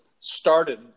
started